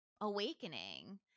awakening